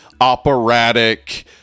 operatic